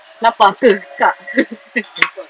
lapar ke kak